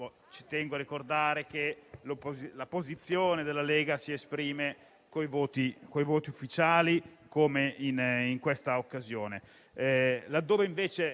Tengo a ricordare che la posizione della Lega si esprime con i voti ufficiali, come in questa occasione.